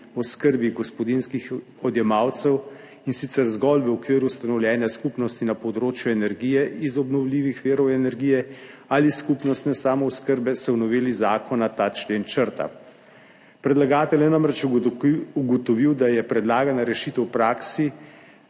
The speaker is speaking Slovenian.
oskrbi gospodinjskih odjemalcev, in sicer zgolj v okviru ustanovljene skupnosti na področju energije iz obnovljivih virov energije ali skupnostne samooskrbe, se v noveli zakona ta člen črta. Predlagatelj je namreč ugotovil, da predlagana rešitev v praksi